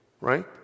right